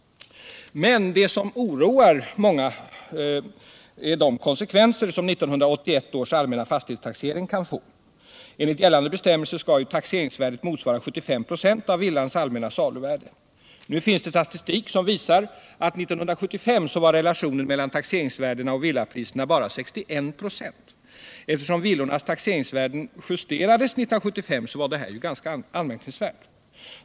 Men det som oroar många är de konsekvenser som 1981 års allmänna fastighetstaxering kan få. Enligt gällande bestämmelser skall ju taxeringsvärdet motsvara 75 96 av villans allmänna saluvärde. Nu finns det statistik som visar att relationen mellan taxeringsvärdena och villapriserna 1975 var bara 61 96. Eftersom villornas taxeringsvärden justerades 1975 var detta ganska anmärkningsvärt.